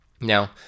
Now